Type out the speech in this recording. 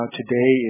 today